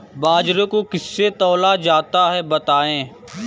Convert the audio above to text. बाजरे को किससे तौला जाता है बताएँ?